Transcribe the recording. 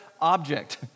object